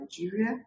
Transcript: Nigeria